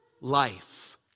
life